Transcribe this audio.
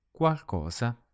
qualcosa